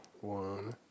One